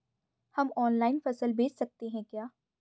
हम ऑनलाइन फसल बेच सकते हैं क्या?